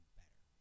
better